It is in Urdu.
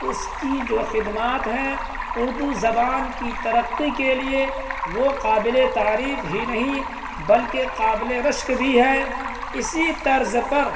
اس کی جو خدمات ہیں اردو زبان کی ترقّی کے لیے وہ قابل تعریف ہی نہیں بلکہ قابل رشک بھی ہے اسی طرز پر